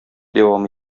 дәвам